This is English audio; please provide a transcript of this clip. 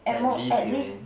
at least you mean